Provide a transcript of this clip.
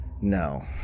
No